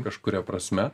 kažkuria prasme